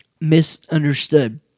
misunderstood